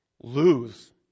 lose